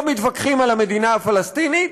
לא מתווכחים על המדינה הפלסטינית,